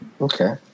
Okay